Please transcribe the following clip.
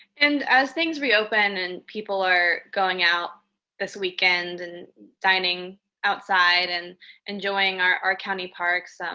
and as things reopen and people are going out this weekend and dining outside and enjoying our our county parks,